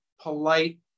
polite